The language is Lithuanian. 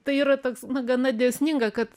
tai yra toks gana dėsninga kad